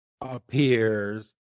appears